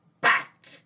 back